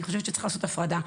ואני חושבת שצריך לעשות הפרדה,